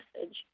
message